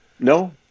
No